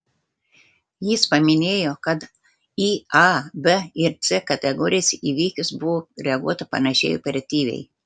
jis paminėjo kad į a b ir c kategorijos įvykius buvo reaguota panašiai operatyviai